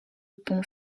pont